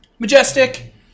Majestic